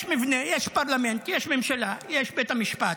יש מבנה, יש פרלמנט, יש ממשלה, יש בית המשפט,